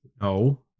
No